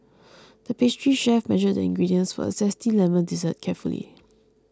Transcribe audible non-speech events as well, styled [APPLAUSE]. [NOISE] the pastry chef measured the ingredients for a Zesty Lemon Dessert carefully